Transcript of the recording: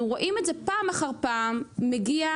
אנחנו רואים את זה פעם אחר פעם מגיע,